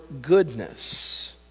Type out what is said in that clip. goodness